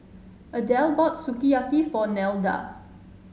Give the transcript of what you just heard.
Adell bought Sukiyaki for Nelda